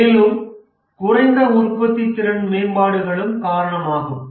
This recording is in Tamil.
மேலும் குறைந்த உற்பத்தித்திறன் மேம்பாடுகளும் காரணம் ஆகும்